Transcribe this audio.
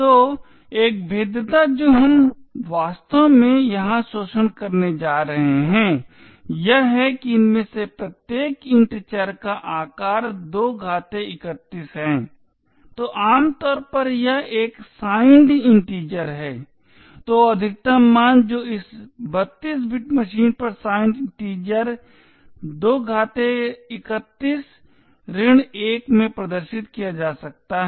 तो एक भेद्यता जो हम वास्तव में यहाँ शोषण करने जा रहे हैं यह है कि इनमें से प्रत्येक int चर का आकार 2 31 है तो आमतौर पर यह एक साइंड इन्टिजर है तो अधिकतम मान जो इस 32 बिट मशीन पर साइंड इन्टिजर 2 31 1 में प्रदर्शित किया जा सकता है है